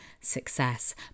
success